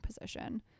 position